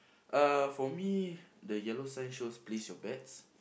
uh for me the yellow sign shows place your bets